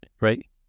Right